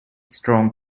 strong